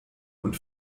und